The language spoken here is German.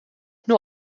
nur